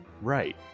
Right